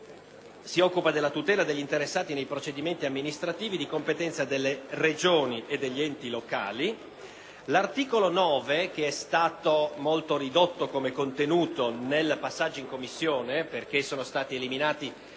si occupa della tutela degli interessati nei procedimenti amministrativi di competenza delle Regioni e degli enti locali. L'articolo 9, di molto ridotto nel suo passaggio in Commissione a causa della eliminazione